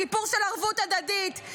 סיפור של ערבות הדדית,